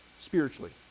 Spiritually